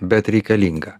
bet reikalinga